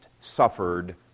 suffered